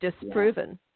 disproven